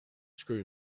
screw